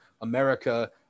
America